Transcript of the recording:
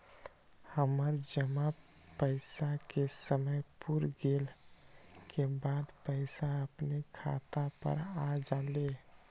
हमर जमा पैसा के समय पुर गेल के बाद पैसा अपने खाता पर आ जाले?